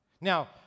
Now